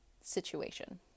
situation